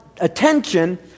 attention